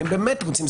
הם באמת רוצים,